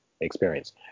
experience